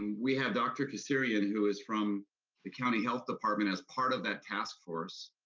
we had dr. kasserian, who is from the county health department as part of that task force,